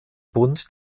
bund